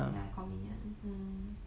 ya convenient